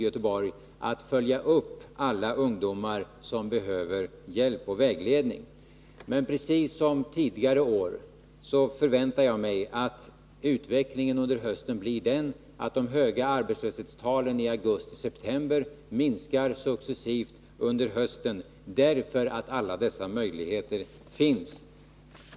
i Göteborg — att följa upp alla ungdomar som behöver hjälp och vägledning. Men precis som tidigare år förväntar jag mig att utvecklingen blir den att de höga arbetslöshetstalen i augusti-september ssivt minskar under hösten eftersom alla dessa möjligheter finns.